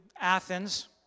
Athens